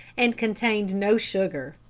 and contained no sugar.